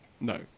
No